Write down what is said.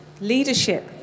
leadership